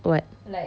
what